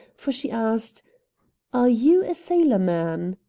for she asked are you a sailorman?